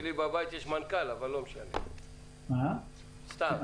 שעשיתם כי זה כמו לנסות למכור את האוטו אחרי שהאוטו "טוטאל לוס",